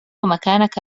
مكانك